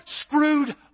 screwed